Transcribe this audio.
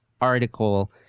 article